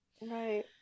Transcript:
Right